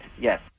Yes